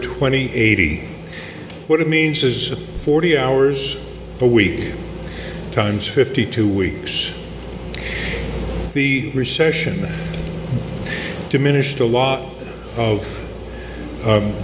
twenty eighty what it means is forty hours a week times fifty two weeks the recession diminished a lot of